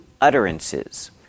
utterances